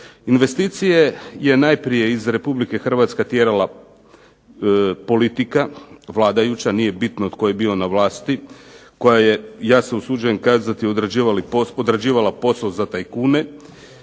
Investicije je najprije iz Republike Hrvatske tjerala politika vladajuća. Nije bitno tko je bio na vlasti koja je ja se usuđujem kazati odrađivala posao za tajkune